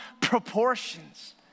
proportions